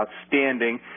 outstanding